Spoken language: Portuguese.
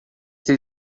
ser